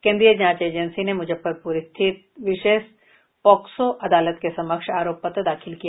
केन्द्रीय जांच एजेंसी ने मुजफ्फरपुर स्थित विशेष पोक्सो अदालत के समक्ष आरोप पत्र दाखिल किया